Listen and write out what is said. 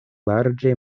larĝe